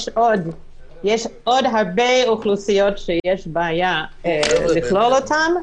יש עוד הרבה אוכלוסיות שיש בעיה לכלול אותן.